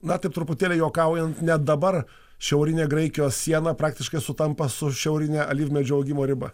na taip truputėlį juokaujant net dabar šiaurinė graikijos siena praktiškai sutampa su šiaurine alyvmedžių augimo riba